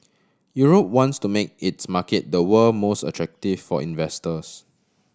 Europe wants to make its market the world most attractive for investors